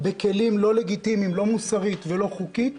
בכלים לא לגיטימיים, לא מוסרית ולא חוקית,